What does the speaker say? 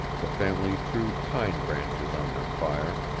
the family threw pine branches on their fire,